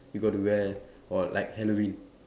you got to wear or like Halloween